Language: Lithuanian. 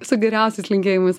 su geriausiais linkėjimais